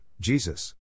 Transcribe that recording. Jesus